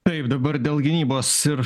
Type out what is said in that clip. taip dabar dėl gynybos ir